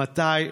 מתי?